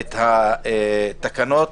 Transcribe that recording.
את התקנות,